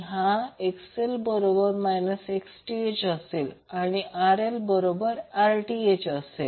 हा XL बरोबर Xth असेल आणि RL बरोबर Rth असेल